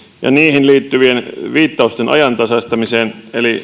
ja niihin liittyvien viittausten ajantasaistamiseen